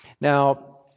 Now